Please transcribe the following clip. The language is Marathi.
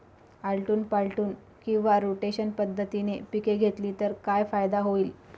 आलटून पालटून किंवा रोटेशन पद्धतीने पिके घेतली तर काय फायदा होईल?